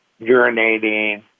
urinating